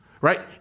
right